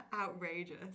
outrageous